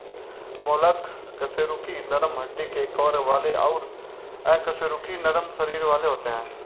mollusc कशेरुकी नरम हड्डी के कवर वाले और अकशेरुकी नरम शरीर वाले होते हैं